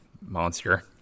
monster